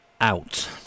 Out